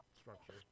structure